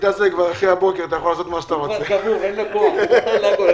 להצעת החוק הממשלתית שנקראת: הצעת חוק התוכנית להבראת כלכלת